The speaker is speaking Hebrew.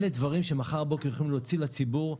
אלה דברים שמחר בבוקר יכולים להוציא לציבור,